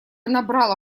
набрала